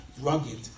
rugged